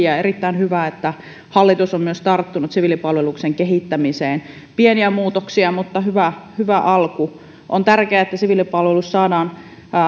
ja on erittäin hyvä että hallitus on tarttunut myös siviilipalveluksen kehittämiseen pieniä muutoksia mutta hyvä hyvä alku on tärkeää että siviilipalvelus saadaan